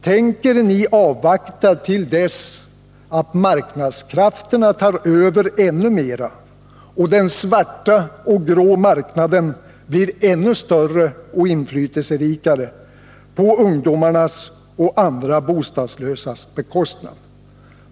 Tänker ni avvakta till dess att marknadskrafterna tar över ännu mera och den svarta och grå marknaden blir ännu större och inflytelserikare, på ungdomarnas och andra bostadslösas bekostnad?